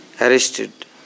arrested